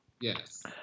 Yes